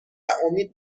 امید